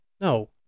No